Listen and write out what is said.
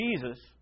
Jesus